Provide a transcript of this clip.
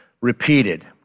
repeated